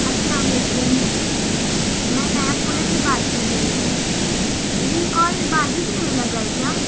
السلام علیکم میں نیا پورے سے بات کر رہی ہوں یہ کال باروی کیو میں لگا ہے کیا